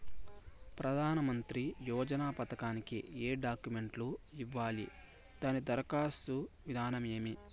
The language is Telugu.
ప్రధానమంత్రి యోజన పథకానికి ఏ డాక్యుమెంట్లు ఇవ్వాలి దాని దరఖాస్తు విధానం ఏమి